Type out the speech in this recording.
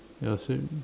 ya same